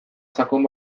sakon